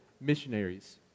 missionaries